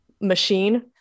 machine